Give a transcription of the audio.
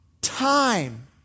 time